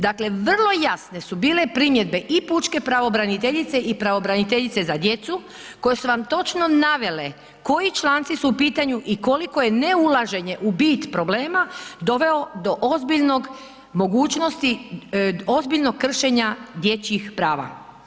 Dakle, vrlo jasne su bile primjedbe i pučke pravobraniteljice i pravobraniteljice za djecu koje su vam točno navele koji članci su u pitanju i koliko je neulaženje u bit problema doveo do ozbiljnog, mogućnosti ozbiljnog kršenja dječjih prava.